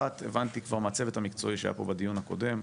הבנתי כבר מהצוות המקצועי שהיה פה בדיון הקודם,